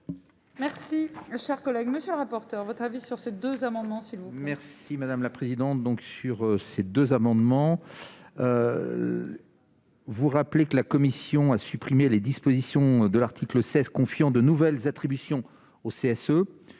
Merci, cher collègue, monsieur le rapporteur, votre avis sur ces deux amendements si vous merci.